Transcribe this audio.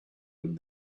and